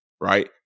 Right